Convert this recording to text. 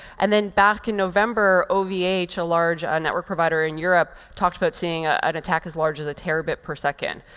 and then back in november, ovh, a large ah network provider in europe, talked about seeing ah an attack as large as a terabit per second.